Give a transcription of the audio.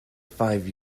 five